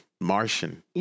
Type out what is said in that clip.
Martian